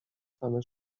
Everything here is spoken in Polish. same